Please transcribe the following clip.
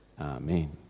Amen